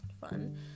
fun